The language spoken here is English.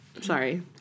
Sorry